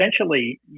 essentially